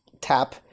tap